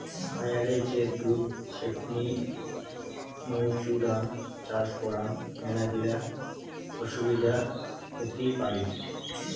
খায়ারে যে দুধ ছেপনি মৌছুদাম চাষ করাং মেলাগিলা অসুবিধা হতি পারি